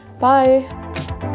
bye